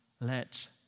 let